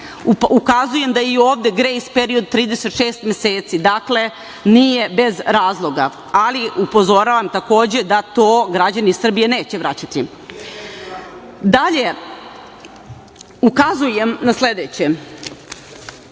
Ukazujem da je i ovde grejs period 36 meseci. Dakle, nije bez razloga. Ali upozoravam takođe da to građani Srbije neće vraćati. Dalje, ukazujem na sledeće,